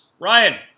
Ryan